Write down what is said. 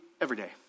everyday